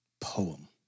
Poem